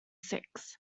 six